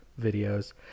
videos